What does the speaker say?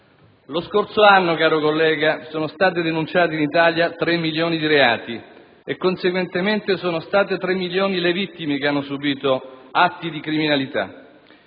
Lo scorso anno, caro senatore Perduca, sono stati denunciati in Italia 3 milioni di reati e conseguentemente sono state 3 milioni le vittime che hanno subito atti di criminalità.